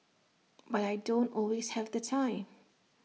but I don't always have the time